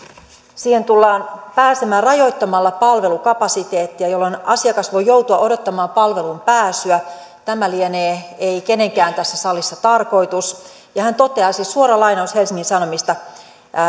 siihen tullaan pääsemään rajoittamalla palvelukapasiteettia jolloin asiakas voi joutua odottamaan palveluun pääsyä tämä ei liene kenenkään tässä salissa tarkoitus ja hän toteaa siis suora lainaus helsingin sanomista